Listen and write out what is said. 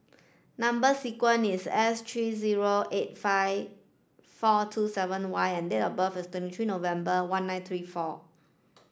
number sequence is S three zero eight five four two seven Y and date of birth is twenty three November one nine three four